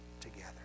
together